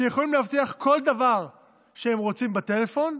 שיכולים להבטיח כל דבר שהם רוצים בטלפון,